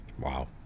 Wow